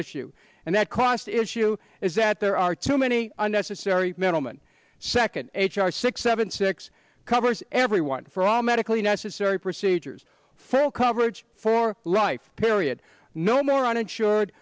issue and that cost issue is that there are too many unnecessary middlemen second h r six seven six covers everyone for all medically necessary procedures fail coverage for life period no more uninsured